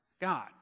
God